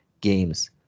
games